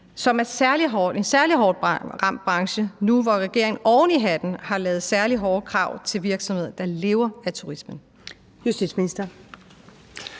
som er en særlig hårdt ramt branche, nu hvor regeringen oven i hatten har lavet særlig hårde krav til virksomheder, der lever af turisme? Kl.